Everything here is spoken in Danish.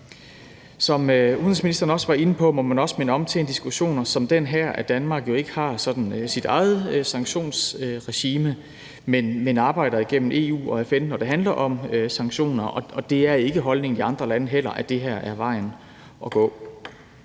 Som udenrigsministeren også var inde på, må man også i diskussioner som den her minde om, at Danmark jo ikke har sådan sit eget sanktionsregime, men arbejder igennem EU og FN, når det handler om sanktioner. Det er heller ikke holdningen i de andre lande, at det her er vejen at gå.